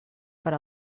per